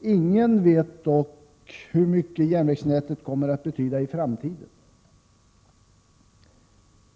Ingen vet dock hur mycket järnvägsnätet kommer att betyda i framtiden.